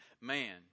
man